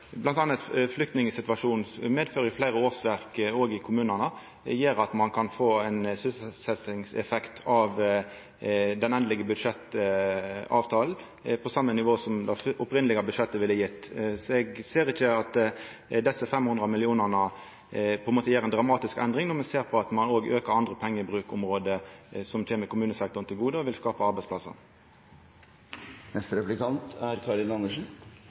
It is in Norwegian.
gjer at ein kan få ein sysselsettingseffekt av den endelege budsjettavtalen på same nivå som det opphavlege budsjettet ville gjeve. Eg ser ikkje at desse 500 millionane på nokon måte fører til noka dramatisk endring når ein ser at ein også aukar pengebruken på andre område som kjem kommunesektoren til gode og vil skapa arbeidsplassar.